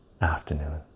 afternoon